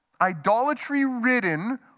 idolatry-ridden